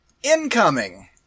Incoming